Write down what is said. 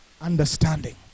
understanding